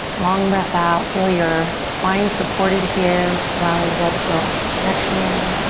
long breath out, feel your spine supported here. we're just allowing the blood to flow opposite direction.